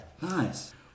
nice